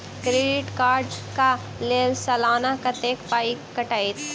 Credit card कऽ लेल सलाना कत्तेक पाई कटतै?